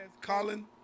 Colin